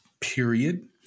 period